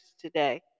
today